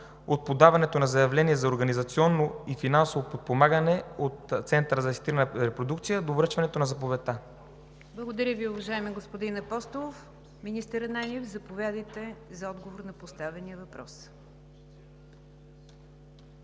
от подаването на заявления за организационно и финансово подпомагане от Центъра за асистирана репродукция до връчването на заповедта? ПРЕДСЕДАТЕЛ НИГЯР ДЖАФЕР: Благодаря Ви, уважаеми господин Апостолов. Министър Ананиев, заповядайте за отговор на поставения въпрос.